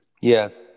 yes